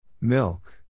Milk